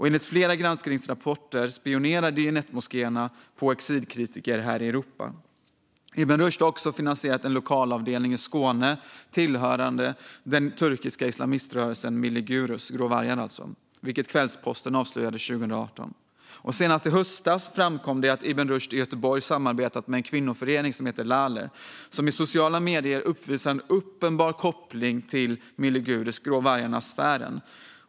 Enligt flera granskningar spionerar Diyanetmoskéer på exilkritiker i Europa. Ibn Rushd har även finansierat en lokalavdelning i Skåne tillhörande den turkiska islamiströrelsen Millî Görüs, Grå vargarna alltså, vilket Kvällsposten avslöjade 2018. Senast i höstas framkom det att Ibn Rushd i Göteborg hade samarbetat med en kvinnoförening, Lale, som i sociala medier uppvisat en uppenbar koppling till Millî Görüs och Grå vargarna-sfären.